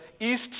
east